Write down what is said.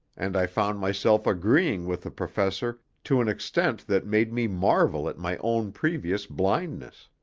and i found myself agreeing with the professor to an extent that made me marvel at my own previous blindness.